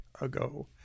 ago